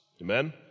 Amen